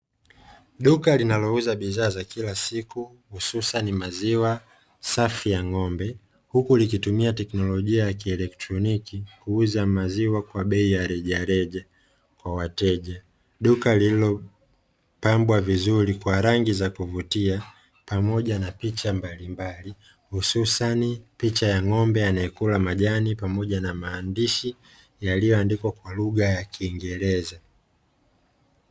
Duka linalouza bidhaa za kila siku hususani maziwa safi ya ng'ombe, huku likitumia teknolojia ya kielektroniki, kuuza maziwa kwa bei ya rejareja kwa wateja. Duka lililopambwa vizuri kwa rangi za kuvutia, pamoja na picha mbalimbali, hususani picha ya ng'ombe anayekula majani, pamoja na maandishi yaliyoandikwa kwa lugha ya kiingereza.